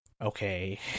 okay